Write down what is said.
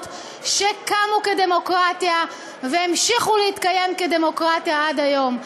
שקמו כדמוקרטיה והמשיכו להתקיים כדמוקרטיה עד היום.